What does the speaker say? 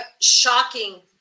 shocking